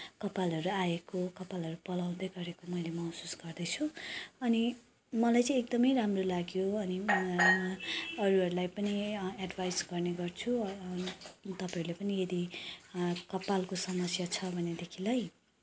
कपालहरू आएको कपालहरू पलाउँदै गरेको मैले महसुस गर्दैछु अनि मलाई चाहिँ एकदमै राम्रो लाग्यो अनि अरूहरूलाई पनि एडभाइस गर्ने गर्छु तपाईँहरूले पनि यदि कपालको समस्या छ भने देखिलाई